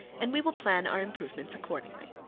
and we will plan our improvements accordingly.